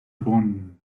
bonn